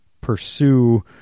pursue